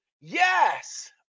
Yes